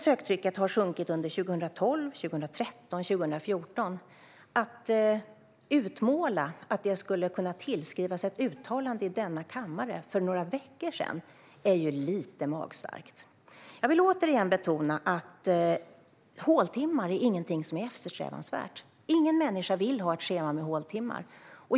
Söktrycket har sjunkit under 2012, 2013 och 2014. Att utmåla att det skulle kunna tillskrivas ett uttalande i denna kammare för några veckor sedan är ju lite magstarkt. Jag vill återigen betona att håltimmar inte är något eftersträvansvärt. Ingen människa vill ha ett schema med håltimmar.